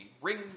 ring